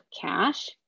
cash